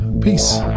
Peace